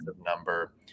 number